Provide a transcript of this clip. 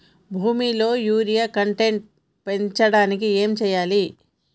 భూమిలో urea content పెంచడానికి ఏం చేయాలి?